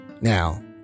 Now